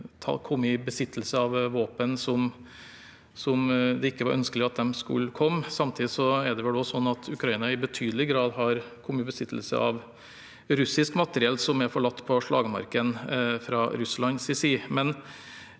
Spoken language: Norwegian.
kommet i besittelse av våpen som det ikke var ønskelig at de skulle ha. Samtidig er det vel sånn at Ukraina i betydelig grad har kommet i besittelse av russisk materiell som fra Russlands side